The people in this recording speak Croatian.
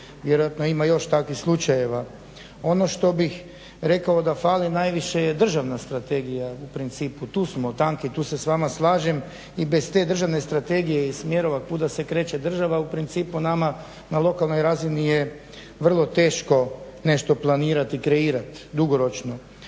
Vjerojatno ima još takvih slučajeva. Ono što bih rekao da fali najviše je državna strategija u principu. Tu smo tanki, tu se s vama slažem i bez te državne strategije i smjerova kuda se kreće država u principu nama na lokalnoj razini je vrlo teško nešto planirati i kreirati dugoročno.